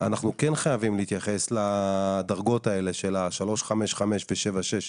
אנחנו כן חייבים להתייחס לדרגות האלה של ה-3.55 ו-7.6.